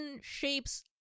shapes